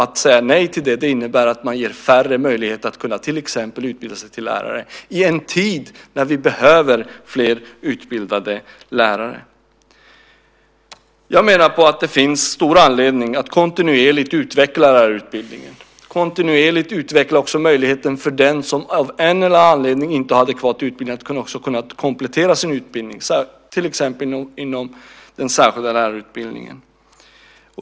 Att säga nej till det innebär att man ger färre möjligheter att till exempel utbilda sig till lärare i en tid när vi behöver fler utbildade lärare. Det finns stor anledning att kontinuerligt utveckla lärarutbildningen och kontinuerligt utveckla också möjligheten för den som av en eller annan anledning inte har adekvat utbildning att komplettera sin utbildning, till exempel inom den särskilda lärarutbildningen.